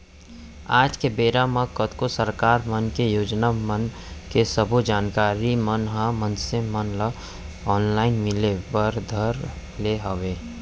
आज के बेरा म कतको सरकार मन के योजना मन के सब्बो जानकारी मन ह मनसे मन ल ऑनलाइन मिले बर धर ले हवय